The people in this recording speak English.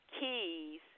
keys